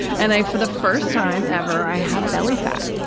and i, for the first time ever, i have belly fat.